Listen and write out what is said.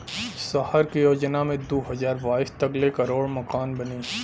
सहर के योजना मे दू हज़ार बाईस तक ले करोड़ मकान बनी